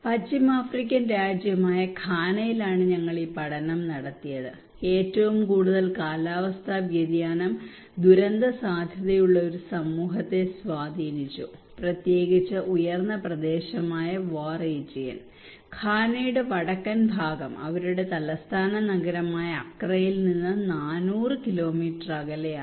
പശ്ചിമാഫ്രിക്കൻ രാജ്യമായ ഘാനയിലാണ് ഞങ്ങൾ ഈ പഠനം നടത്തിയത് ഏറ്റവും കൂടുതൽ കാലാവസ്ഥാ വ്യതിയാനം ദുരന്തസാധ്യതയുള്ള ഒരു സമൂഹത്തെ സ്വാധീനിച്ചു പ്രത്യേകിച്ച് ഉയർന്ന പ്രദേശമായ വാ റീജിയൻ ഘാനയുടെ വടക്കൻ ഭാഗം അവരുടെ തലസ്ഥാന നഗരമായ അക്രയിൽ നിന്ന് നാനൂറ് കിലോമീറ്റർ അകലെയാണ്